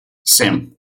семь